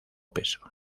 peso